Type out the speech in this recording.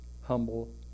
humble